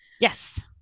Yes